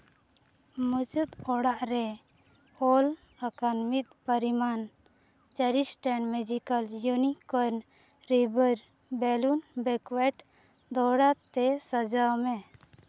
ᱢᱩᱪᱟᱹᱫ ᱚᱲᱟᱜ ᱨᱮ ᱚᱞ ᱟᱠᱟᱱ ᱢᱤᱫ ᱯᱟᱨᱤᱢᱟᱱ ᱪᱟᱨᱤᱥᱴᱟᱱ ᱢᱮᱡᱤᱠᱮᱞ ᱩᱱᱤᱠᱚᱭᱮᱱ ᱨᱤᱵᱟᱹᱨ ᱵᱮᱞᱩᱱ ᱵᱮᱠᱚᱣᱟᱨᱰ ᱫᱚᱦᱲᱟ ᱛᱮ ᱥᱟᱡᱟᱣ ᱢᱮ